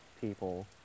people